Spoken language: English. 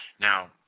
Now